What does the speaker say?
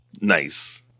Nice